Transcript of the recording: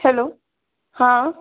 hello हाँ